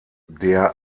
der